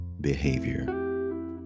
behavior